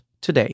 today